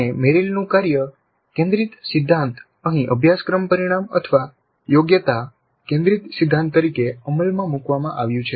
અને મેરિલનું કાર્ય કેન્દ્રિત સિદ્ધાંત અહીં અભ્યાશક્રમ પરિણામ યોગ્યતા કેન્દ્રિત સિદ્ધાંત તરીકે અમલમાં મૂકવામાં આવ્યું છે